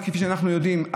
וכפי שאנחנו יודעים,